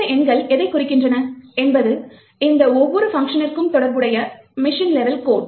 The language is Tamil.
இந்த எண்கள் எதைக் குறிக்கின்றன என்பது இந்த ஒவ்வொரு பங்ஷனிற்கும் தொடர்புடைய மெஷின் லெவல் கோட்